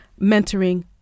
mentoring